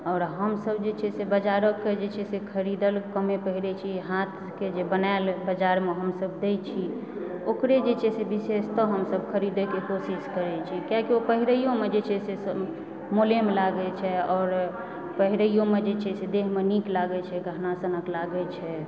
आओर हमसब जे छै से बाजारके जे छै खरीदल कमे पहीरए छी हाथके जे बनाएल बाजारमे हमसब दए छी ओकरे जे छै से विशेषतः हमसब खरीदएके कोशिश करए छी किआकि ओ पहिरयोमे जे छै से मुलायम लागए छै आओर पहिरयोमे जे छै से देहमे नीक लागैत छै गहना सनक लागैत छै